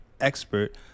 expert